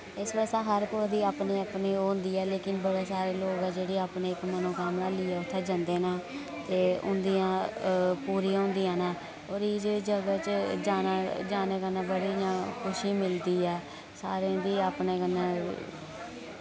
इस वास्तै हर कुसे दी अपनी अपनी ओह् होंदी ऐ लेकिन बड़े सारे लोक ऐ जेह्ड़ी अपने इक मनोकामना लेइयै उत्थै जन्दे न ते उंदियां पूरियां होंदियां न और एह् जेही जगह च जाना जाने कन्नै बड़ी इयां खुशी मिलदी ऐ सारें दी अपने कन्नै